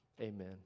Amen